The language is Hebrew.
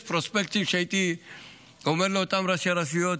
יש פרוספקטים שעליהם הייתי אומר לאותם ראשי רשויות: